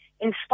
inspire